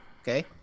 okay